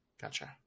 Gotcha